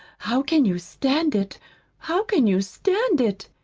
how can you stand it how can you stand it!